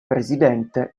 presidente